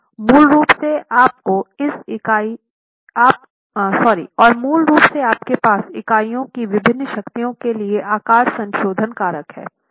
और मूल रूप से आपके पास इकाइयों की विभिन्न शक्तियों के लिए आकार संशोधन कारक हैं